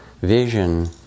vision